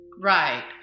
right